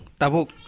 Tabuk